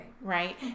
Right